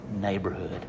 neighborhood